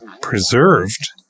preserved